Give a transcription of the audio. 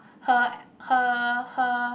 her her her